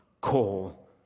call